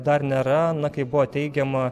dar nėra na kaip buvo teigiama